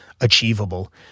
achievable